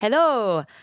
Hello